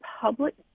public